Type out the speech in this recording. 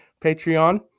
Patreon